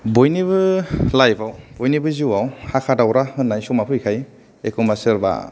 बयनिबो लाइफआव बयनिबो जिवाव हाखा दावरा होननाय समा फैखायो एखनबा सोरबा